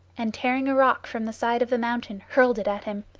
and tearing a rock from the side of the mountain hurled it at him.